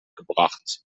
gebracht